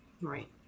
Right